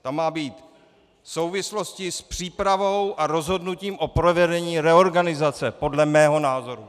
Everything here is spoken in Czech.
Tam má být souvislosti s přípravou a rozhodnutím o provedení reorganizace podle mého názoru.